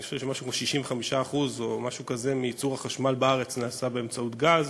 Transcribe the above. אני חושב שכ-65% מייצור החשמל בארץ נעשה באמצעות גז,